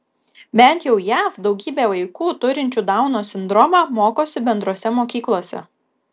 bent jau jav daugybė vaikų turinčių dauno sindromą mokosi bendrose mokyklose